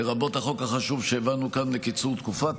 לרבות החוק החשוב שהעברנו כאן לקיצור תקופת